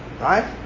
Right